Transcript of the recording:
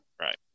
right